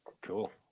Cool